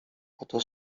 oto